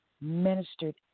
ministered